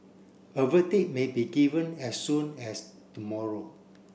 a verdict may be given as soon as tomorrow